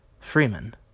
Freeman